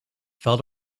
felt